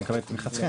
לקבל את תמיכתכם.